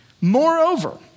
Moreover